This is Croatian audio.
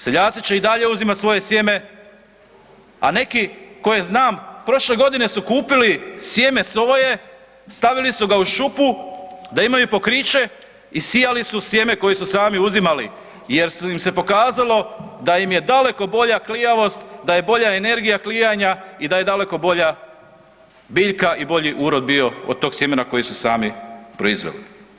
Seljaci će i dalje uzimat svoje sjeme a neki koje znam, prošle godine su kupili sjeme soje, stavili su ga u šupu da imaju pokriće i sijali su sjeme koje su sami uzimali jer im se pokazalo da im je daleko bolja klijavost, da je bolja energija klijanja i da je daleko bolja biljka i bolji urod bio od tog sjemena koje su sami proizveli.